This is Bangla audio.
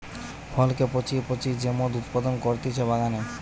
ফলকে পচিয়ে পচিয়ে যে মদ উৎপাদন করতিছে বাগানে